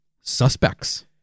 suspects